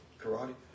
karate